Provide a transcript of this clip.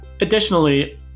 Additionally